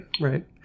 right